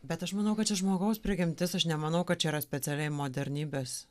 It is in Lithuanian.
bet aš manau kad čia žmogaus prigimtis aš nemanau kad čia yra specialiai modernybės